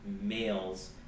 males